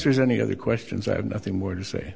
there's any other questions i have nothing more to say